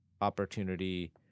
opportunity